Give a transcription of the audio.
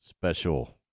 special